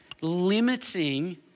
limiting